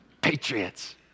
patriots